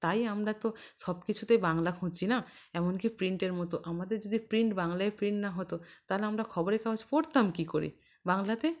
তাই আমরা তো সব কিছুতেই বাংলা খুঁজি না এমন কি প্রিন্টের মতো আমাদের যদি প্রিন্ট বাংলায় প্রিন্ট না হতো তালে আমরা খবরের কাগজ পড়তাম কী করে বাংলাতে